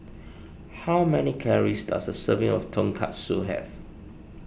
how many calories does a serving of Tonkatsu have